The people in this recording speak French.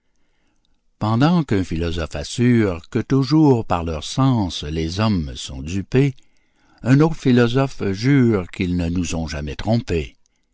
pendant qu'un philosophe assure que toujours par leurs sens les hommes sont dupés un autre philosophe jure qu'ils ne nous ont jamais trompés